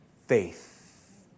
faith